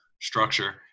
structure